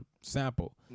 sample